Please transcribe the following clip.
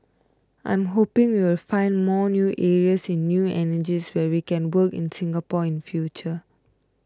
I'm hoping we will find more new areas in new energies where we can work in Singapore in the future